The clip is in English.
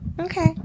Okay